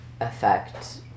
affect